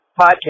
podcast